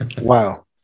Wow